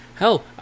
Hell